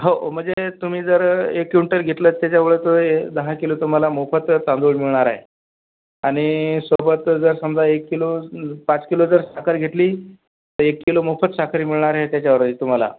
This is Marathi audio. हो म्हणजे तुम्ही जर एक क्विंटल घेतलंत त्याच्या वळतं ए दहा किलो तुम्हाला मोफत तांदूळ मिळणार आहे आणि सोबतच जर समजा एक किलो पाच किलो जर साखर घेतली तर एक किलो मोफत साखरही मिळणार आहे त्याच्यावरही तुम्हाला